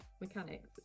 mechanics